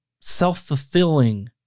self-fulfilling